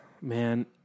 Man